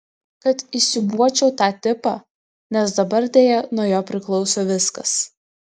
kad įsiūbuočiau tą tipą nes dabar deja nuo jo priklauso viskas